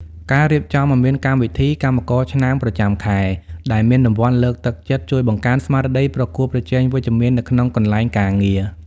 ការរៀបចំឱ្យមានកម្មវិធី "កម្មករឆ្នើមប្រចាំខែ" ដែលមានរង្វាន់លើកទឹកចិត្ត ជួយបង្កើនស្មារតីប្រកួតប្រជែងវិជ្ជមាននៅក្នុងកន្លែងការងារ។